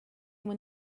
when